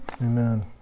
Amen